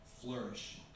flourish